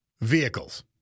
vehicles